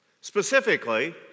Specifically